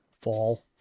Fall